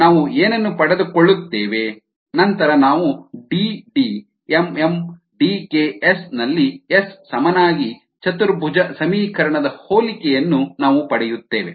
ನಾವು ಏನನ್ನು ಪಡೆದುಕೊಳ್ಳುತ್ತೇವೆ ನಂತರ ನಾವು D d m m DKS ನಲ್ಲಿ S ಸಮನಾಗಿ ಚತುರ್ಭುಜ ಸಮೀಕರಣದ ಹೋಲಿಕೆಯನ್ನು ನಾವು ಪಡೆಯುತ್ತೇವೆ